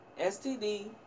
STD